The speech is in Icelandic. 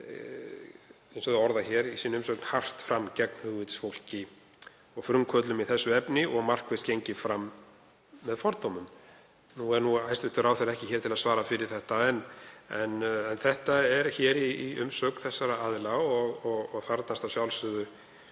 eins og það er orðað hér, hart fram gegn hugvitsfólki og frumkvöðlum í þessu efni og markvisst gengið fram með fordómum. Nú er hæstv. ráðherra ekki hér til að svara fyrir þetta en þetta kemur fram í umsögn þessara aðila og þarfnast að sjálfsögðu